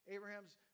Abraham's